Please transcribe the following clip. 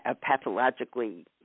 pathologically